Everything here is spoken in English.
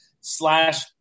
slash